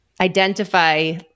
identify